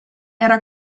era